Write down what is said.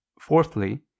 Fourthly